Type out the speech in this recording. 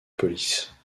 police